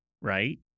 right